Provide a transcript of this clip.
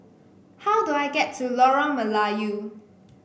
how do I get to Lorong Melayu